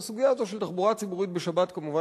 בסוגיה הזו של תחבורה ציבורית בשבת כמובן